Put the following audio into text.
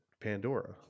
Pandora